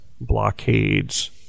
blockades